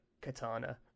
katana